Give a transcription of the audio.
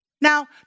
Now